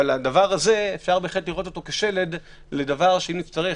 אבל את זה אפשר לראות כשלד אם נצטרך